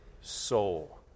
soul